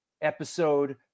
episode